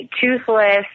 toothless